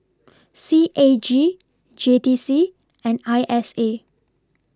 C A G J T C and I S A